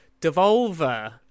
Devolver